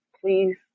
Please